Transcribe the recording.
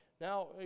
Now